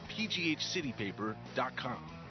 pghcitypaper.com